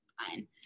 fine